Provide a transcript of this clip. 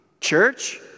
church